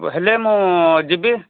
ହେଲେ ମୁଁ ଯିବି